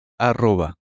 arroba